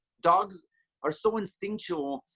dogs are so instinctual,